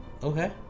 Okay